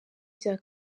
bya